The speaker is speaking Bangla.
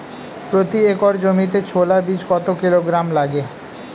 প্রতি একর জমিতে ছোলা বীজ কত কিলোগ্রাম লাগে?